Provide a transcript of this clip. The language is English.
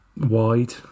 wide